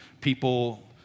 People